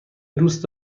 دوست